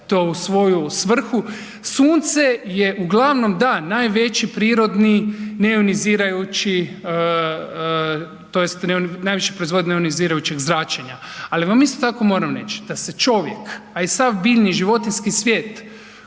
to u svoju svrhu, sunce je uglavnom da najveći prirodni neionizirajući tj. najviše proizvodi neionizirajućeg zračenja, ali vam isto tako moram reći da se čovjek, a i sav biljni i životinjski svijet